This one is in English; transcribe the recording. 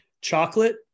Chocolate